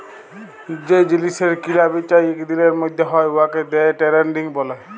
যে জিলিসের কিলা বিচা ইক দিলের ম্যধে হ্যয় উয়াকে দে টেরেডিং ব্যলে